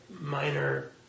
minor